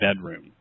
bedroom